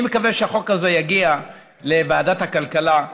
אני מקווה שהחוק הזה יגיע לוועדת הכלכלה,